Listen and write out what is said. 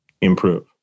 improve